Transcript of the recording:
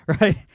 right